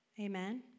Amen